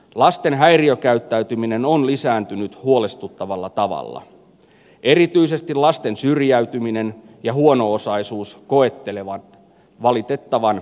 lasten häiriökäyttäytyminen on lisääntynyt huolestuttavalla tavalla erityisesti lasten syrjäytyminen ja huono osaisuus koettelevat valitettavan